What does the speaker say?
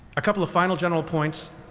a couple of final general points.